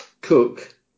cook